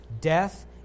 death